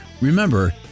remember